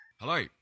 Hello